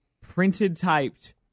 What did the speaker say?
printed-typed